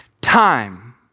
time